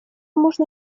можно